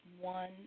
one